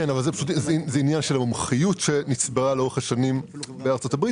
זה עניין של מומחיות שנצברה לאורך השנים בארצות הברית